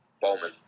Bowman